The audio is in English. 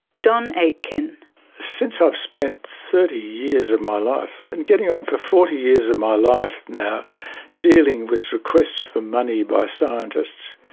don aitkin since i've spent thirty years of my life, and getting on for forty years of my life now dealing with requests for money by scientists,